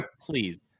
please